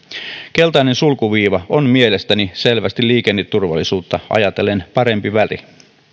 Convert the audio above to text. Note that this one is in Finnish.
keltainen sulkuviiva on mielestäni selvästi liikenneturvallisuutta ajatellen parempi väri